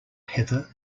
heather